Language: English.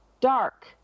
dark